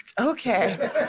okay